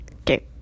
okay